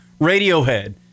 Radiohead